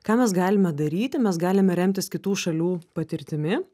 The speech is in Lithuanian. ką mes galime daryti mes galime remtis kitų šalių patirtimi